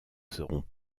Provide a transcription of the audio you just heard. seront